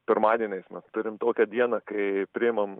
pirmadieniais mes turim tokią dieną kai priimam